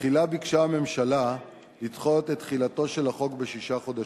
תחילה ביקשה הממשלה לדחות את תחילתו של החוק בשישה חודשים,